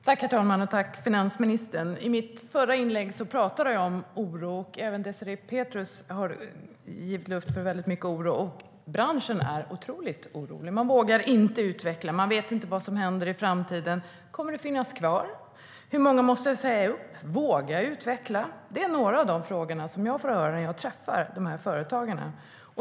Herr talman! Tack, finansministern! I mitt förra inlägg pratade jag om oro. Även Désirée Pethrus har givit luft åt mycket oro. Och branschen är otroligt orolig. Man vågar inte utveckla. Man vet inte vad som händer i framtiden. Kommer detta att finnas kvar? Hur många måste jag säga upp? Vågar jag utveckla? Det är några av de frågor som jag får höra när jag träffar de här företagarna.